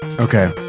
okay